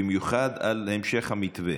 בייחוד על המשך המתווה